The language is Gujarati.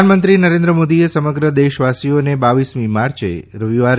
પ્રધાનમંત્રી નરેન્દ્ર મોદીએ સમગ્ર દેશવાસીઓને બાવીસમી માર્ચે રવિવારે